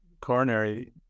coronary